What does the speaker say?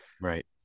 Right